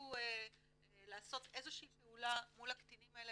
ביקשו לעשות איזו שהיא פעולה מול הקטינים האלה,